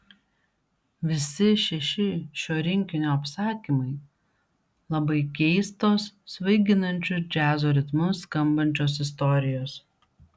visi šeši šio rinkinio apsakymai labai keistos svaiginančiu džiazo ritmu skambančios istorijos